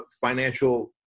financial